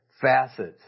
facets